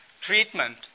treatment